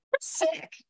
sick